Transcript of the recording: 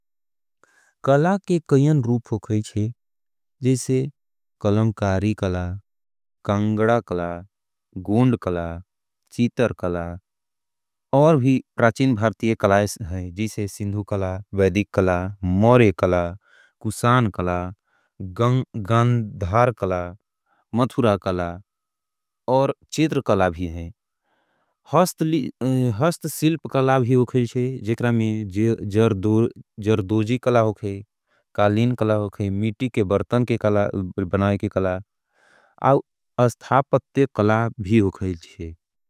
कला के कईयन रूप हो खईचे, जीसे कलंकारी कला, कांगडा कला, गुण्ड कला, चीतर कला, और भी प्राछिन भरतिय कलाईस हैं, जीसे सिंधु कला, वैदिक कला, मौरे कला, कुसान कला, गंधार कला, मतुरा कला, और चेत्र कला भी हैं। हस्त सिल्प कला भी हो खईचे, जेकरा में जरदोजी कला हो खैं, कालिन कला हो खैं, मीटी के बरतन के कला, बनाय के कला, और अस्थापत्य कला भी हो खाईचे।